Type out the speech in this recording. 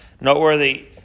noteworthy